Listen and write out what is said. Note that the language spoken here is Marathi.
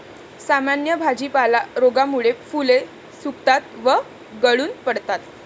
सामान्य भाजीपाला रोगामुळे फुले सुकतात व गळून पडतात